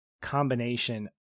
combination